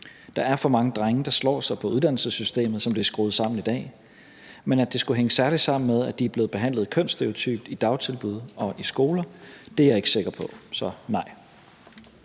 Der er for mange drenge, der slår sig på uddannelsessystemet, som det er skruet sammen i dag. Men at det skulle hænge særligt sammen med, at de er blevet behandlet kønsstereotypt i dagtilbud og i skoler, er jeg ikke sikker på. Så